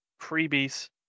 freebies